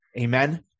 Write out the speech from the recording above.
Amen